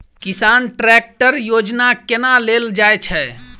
किसान ट्रैकटर योजना केना लेल जाय छै?